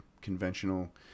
conventional